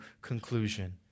conclusion